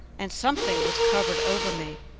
and something was covered over me.